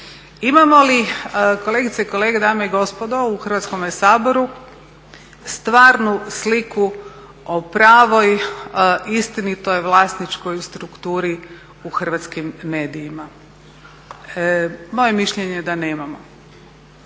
Imamo li kolegice i kolege, dame i gospodo, u Hrvatskome saboru stvarnu sliku o pravoj, istinitoj vlasničkoj strukturi u hrvatskim medijima? Moje mišljenje je da nemamo.